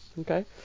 okay